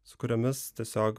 su kuriomis tiesiog